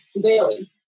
daily